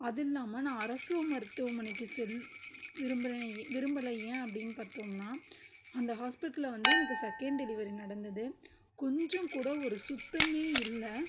அது இல்லாமல் நான் அரசு மருத்துவமனைக்கு செல் விரும்புகிறேன் எ விரும்பல ஏன் அப்படின்னு பார்த்தோம்னா அந்த ஹாஸ்பிட்டலில் வந்து எனக்கு செகண்ட் டெலிவரி நடந்தது கொஞ்சம் கூட ஒரு சுத்தமே இல்லை